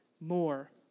more